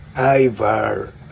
Ivar